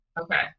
Okay